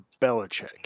Belichick